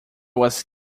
was